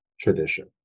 tradition